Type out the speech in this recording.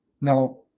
Now